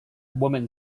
woman